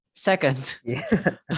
Second